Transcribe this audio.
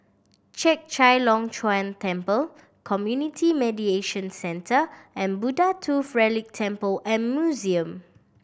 Chek Chai Long Chuen Temple Community Mediation Centre and Buddha Tooth Relic Temple and Museum